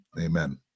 amen